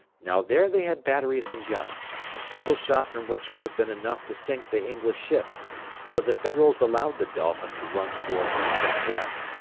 now there they had batteries and guns, a single shot from which would have been enough to sink the english ship so the federals allowed the dolphin to run towards the south-west,